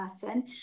person